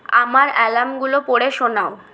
আমার অ্যালার্মগুলো পড়ে শোনাও